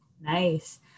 Nice